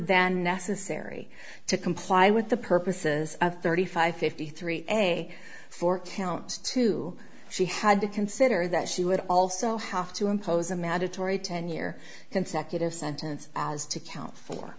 than necessary to comply with the purposes of thirty five fifty three day four counts two she had to consider that she would also have to impose a mandatory ten year consecutive sentence as to count fo